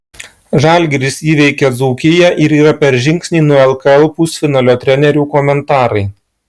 žalgiris įveikė dzūkiją ir yra per žingsnį nuo lkl pusfinalio trenerių komentarai